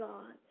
God